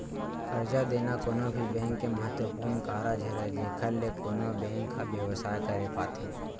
करजा देना कोनो भी बेंक के महत्वपूर्न कारज हरय जेखर ले कोनो बेंक ह बेवसाय करे पाथे